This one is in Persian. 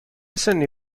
سنی